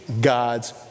God's